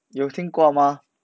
有听过吗